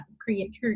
create